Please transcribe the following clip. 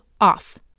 off